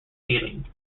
healing